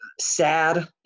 sad